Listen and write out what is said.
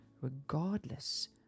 regardless